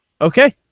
Okay